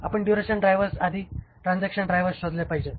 आपण duration drivers आधी transaction drivers शोधले पाहिजेत